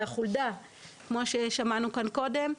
זו החולדה כמו ששמענו כאן קודם.